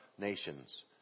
nations